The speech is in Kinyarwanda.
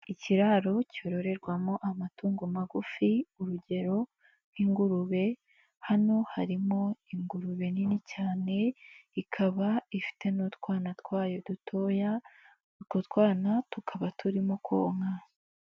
Ikiraro cyororerwamo amatungo magufi urugero nk'ingurube hano harimo ingurube nini cyane ikaba ifite n'utwana twayo dutoya utwo twana tukaba turimo konka.